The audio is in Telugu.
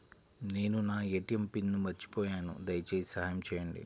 నేను నా ఏ.టీ.ఎం పిన్ను మర్చిపోయాను దయచేసి సహాయం చేయండి